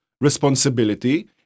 responsibility